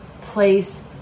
place